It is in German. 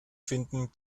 finden